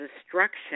destruction